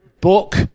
Book